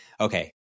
okay